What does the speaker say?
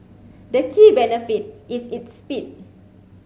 the key benefit is its speed